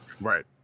Right